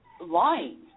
Lying